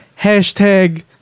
Hashtag